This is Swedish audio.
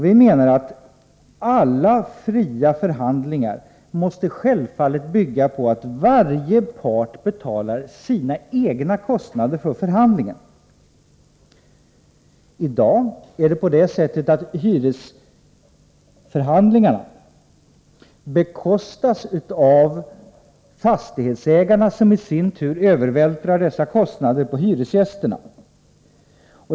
Vi menar att alla fria förhandlingar självfallet måste bygga på principen att varje part betalar sina egna kostnader för förhandlingen. I dag är det på det sättet att hyresförhandlingarna bekostas av fastighetsägarna, som i sin tur övervältrar kostnaderna på hyresgästerna.